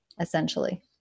essentially